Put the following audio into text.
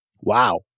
Wow